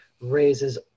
raises